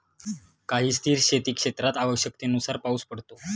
काही स्थिर शेतीक्षेत्रात आवश्यकतेनुसार पाऊस पडतो